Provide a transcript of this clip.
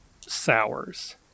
Sours